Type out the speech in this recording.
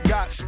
Got